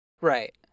Right